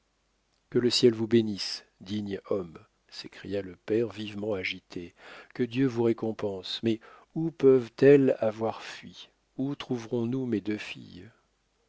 que le ciel vous bénisse digne homme s'écria le père vivement agité que dieu vous récompense mais où peuventelles avoir fui où trouverons-nous mes deux filles